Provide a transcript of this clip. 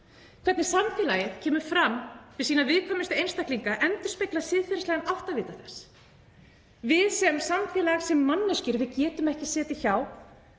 Hvernig samfélagið kemur fram við sína viðkvæmustu einstaklinga endurspeglar siðferðilegan áttavita þess. Við sem samfélag, sem manneskjur, getum ekki setið hjá